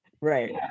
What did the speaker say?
right